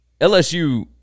LSU